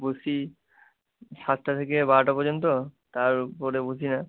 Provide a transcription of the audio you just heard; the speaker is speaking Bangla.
বসি সাতটা থেকে বারোটা পর্যন্ত তারপরে বসি না